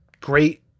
great